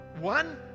One